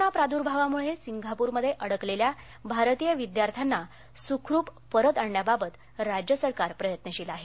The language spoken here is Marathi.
कोरोना प्राद्र्भावामुळे सिंगापूरमध्ये अडकलेल्या भारतीय विद्यार्थ्यांना सुखरुप परत आणण्याबाबत राज्य सरकार प्रयत्नशील आहे